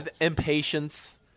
impatience